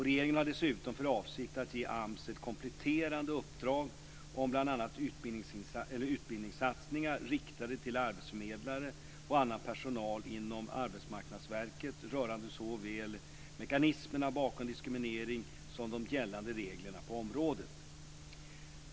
Regeringen har dessutom för avsikt att ge AMS ett kompletterande uppdrag om bl.a. utbildningssatsningar riktade till arbetsförmedlare och annan personal inom Arbetsmarknadsverket rörande såväl mekanismerna bakom diskriminering som de gällande reglerna på området.